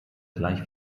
gleich